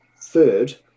Third